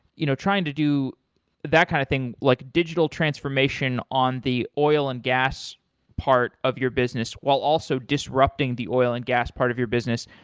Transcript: you know trying to do that kind of thing, like digital transformation on the oil and gas part of your business while also disrupting the oil and gas part of your business.